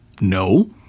No